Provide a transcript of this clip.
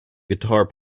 guitar